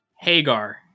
Hagar